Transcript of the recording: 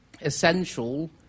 essential